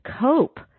cope